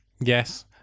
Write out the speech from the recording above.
yes